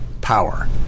power